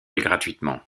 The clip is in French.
gratuitement